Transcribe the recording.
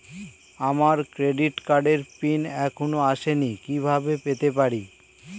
আমার ক্রেডিট কার্ডের পিন এখনো আসেনি কিভাবে পেতে পারি?